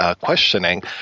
questioning